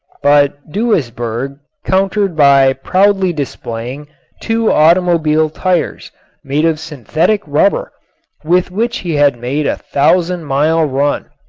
but duisberg countered by proudly displaying two automobile tires made of synthetic rubber with which he had made a thousand-mile run.